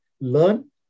learn